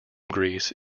grease